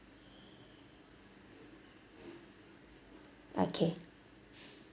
okay